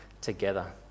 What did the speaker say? together